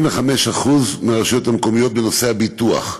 75% מהרשויות המקומיות, בנושא הביטוח.